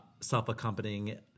self-accompanying